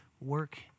work